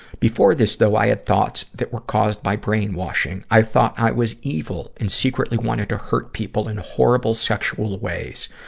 before this, though, i had thoughts that were caused by brainwashing. i thought i was evil and secretly wanted to hurt people in horrible, sexual ways.